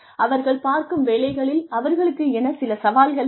அவர்கள் பார்க்கும் வேலைகளில் அவர்களுக்கென சில சவால்கள் தேவை